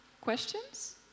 questions